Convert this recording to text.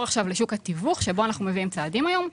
עכשיו לשוק התיווך בו אנחנו מביאים היום צעדים.